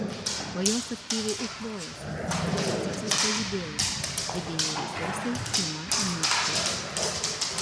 o jos aktyviai eikvojasi ir procesas pajudėjo vidiniai resursai ima nykti